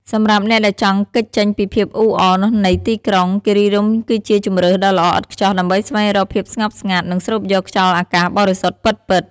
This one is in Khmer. សម្រាប់អ្នកដែលចង់គេចចេញពីភាពអ៊ូអរនៃទីក្រុង គិរីរម្យគឺជាជម្រើសដ៏ល្អឥតខ្ចោះដើម្បីស្វែងរកភាពស្ងប់ស្ងាត់ និងស្រូបយកខ្យល់អាកាសបរិសុទ្ធពិតៗ។